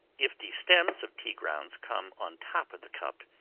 if the stems of tea-grounds come on top of the cup,